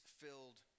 filled